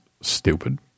stupid